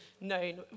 known